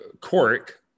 cork